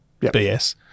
BS